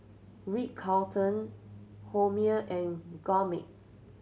Ritz Carlton Hormel and Gourmet